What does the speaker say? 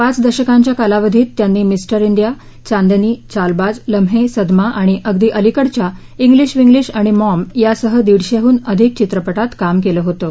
पाच दशकांच्या कालावधीत त्यांनी मिस्टर डिया चांदनी चालबाज लम्हे सदमा आणि अगदी अलिकडच्या शिलश विंग्लिश आणि मॉम यासह दीडशेहून अधिक चित्रपटात काम केलं होतं